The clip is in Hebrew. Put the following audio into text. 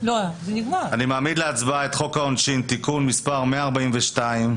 אני מעמיד להצבעה את חוק העונשין (תיקון מס' 142),